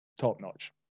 top-notch